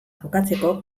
jokatzeko